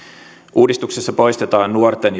uudistuksessa poistetaan nuorten